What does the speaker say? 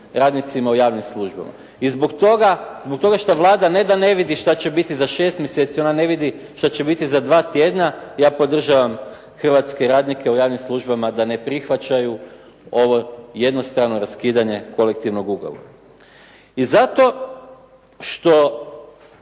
radnicima u javnim službama. I zbog toga, zbog toga šta Vlada ne da ne vidi šta će biti za 6 mjeseci, ona ne vidi šta će biti za dva tjedna. Ja podržavam hrvatske radnike u javnim službama da ne prihvaćaju ovo jednostrano raskidanje kolektivnog ugovora. I zato što